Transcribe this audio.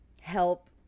help